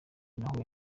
nahuye